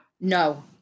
No